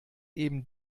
eben